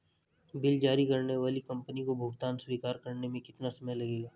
Bill जारी करने वाली कंपनी को भुगतान स्वीकार करने में कितना समय लगेगा?